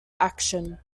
action